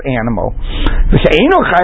animal